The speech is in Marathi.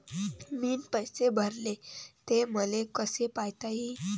मीन पैसे भरले, ते मले कसे पायता येईन?